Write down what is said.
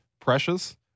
Precious